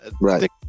Right